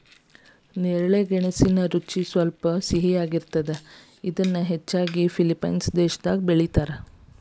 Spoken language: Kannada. ನೇರಳೆ ಗೆಣಸಿನ ರುಚಿ ಸ್ವಲ್ಪ ಸಿಹಿಯಾಗಿರ್ತದ, ಇದನ್ನ ಹೆಚ್ಚಾಗಿ ಫಿಲಿಪೇನ್ಸ್ ದೇಶದಾಗ ಬೆಳೇತಾರ